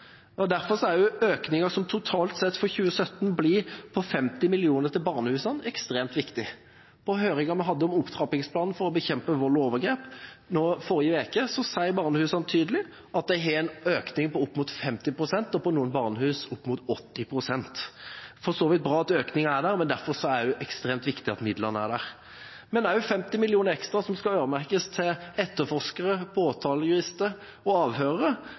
Derfor er økningen, som totalt sett for 2017 blir på 50 mill. kr til barnehusene, ekstremt viktig. På høringen vi hadde forrige uke om opptrappingsplanen for å bekjempe vold og overgrep, sa barnehusene tydelig at de hadde en økning på opp mot 50 pst., og i noen barnehus opp mot 80 pst. Økningen er for så vidt bra, men derfor er det også ekstremt viktig at midlene er der. Også 50 mill. kr ekstra som skal øremerkes til etterforskere, påtalejurister og avhørere,